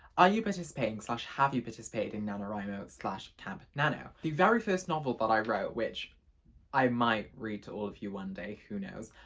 are you participating so have you participated in nanowrimo camp nano? the very first novel that but i wrote which i might read to all of you one day. who knows?